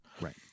right